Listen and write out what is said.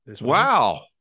wow